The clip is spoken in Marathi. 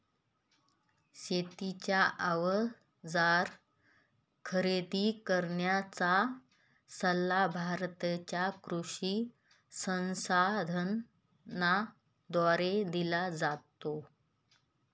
शेतीचे अवजार खरेदी करण्याचा सल्ला भारताच्या कृषी संसाधनाद्वारे दिला जातो